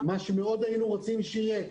שזה דבר שמאוד היינו רוצים שכן יהיה.